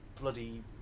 bloody